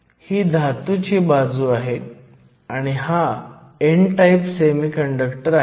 भाग c मध्ये आपल्याला p आणि n बाजूच्या डिप्लीशनच्या रुंदीची गणना करायची आहे